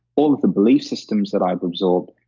all of the belief systems that i'd absorbed,